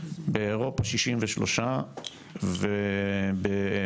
באירופה שישים ושלושה ובאפריקה,